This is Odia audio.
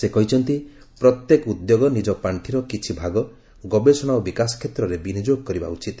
ସେ କହିଛନ୍ତି ପ୍ରତ୍ୟେକ ଉଦ୍ୟୋଗ ନିଜ ପାର୍ଷିର କିଛି ଭାଗ ଗବେଷଣା ଓ ବିକାଶ କ୍ଷେତ୍ରରେ ବିନିଯୋଗ କରିବା ଉଚିତ